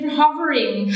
hovering